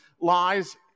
lies